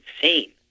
insane